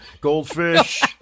Goldfish